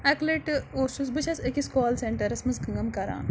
اَکہِ لَٹہِ اوسُس بہٕ چھَس أکِس کال سیٚنٹَرَس منٛز کٲم کَران